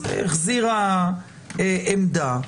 החזירה עמדה,